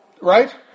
Right